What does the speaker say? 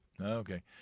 Okay